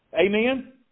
Amen